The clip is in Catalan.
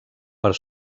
per